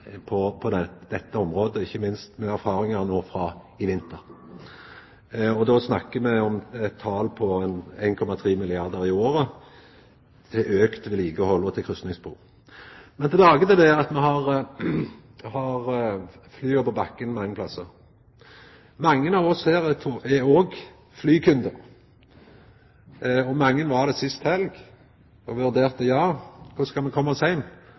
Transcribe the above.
dette området, ikkje minst med erfaringane frå i vinter. Då snakkar me om eit tal på ca. 1,3 milliardar kr i året til auka vedlikehald og til kryssingsspor. Men tilbake til det at me har flya på bakken mange plassar. Mange av oss her er òg flykundar, og mange var det sist helg som vurderte korleis me skal koma oss heim. Skal me